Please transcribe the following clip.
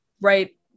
right